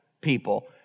people